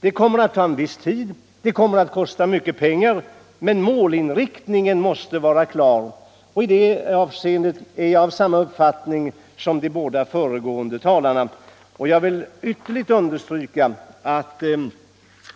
Det kommer att ta viss tid, det kommer att kosta mycket pengar, men målinriktningen måste vara klar. I det avseendet är jag av samma uppfattning som de båda föregående talarna. Jag vill kraftigt understryka att vi inom